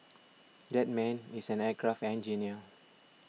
that man is an aircraft engineer